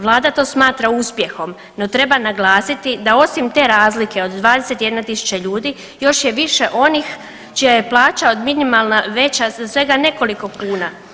Vlada to smatra uspjehom, no treba naglasiti da osim te razlike od 21.000 ljudi još je više onih čija je plaća minimalna veća za svega nekoliko kuna.